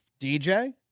DJ